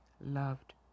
loved